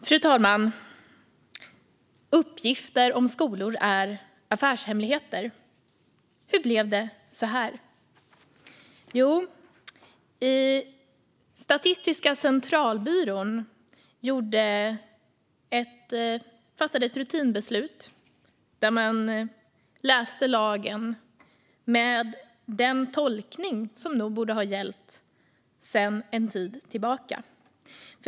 Fru talman! Uppgifter om skolor är affärshemligheter. Hur blev det så? Jo, Statistiska centralbyrån fattade ett rutinbeslut där man läste lagen och gjorde en tolkning som nog borde ha gällt sedan en tid tillbaka.